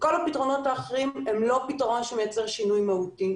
וכל הפתרונות האחרים הם לא פתרונות שמייצרים שינוי מהותי.